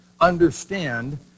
understand